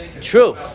True